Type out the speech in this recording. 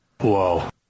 Whoa